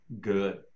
Good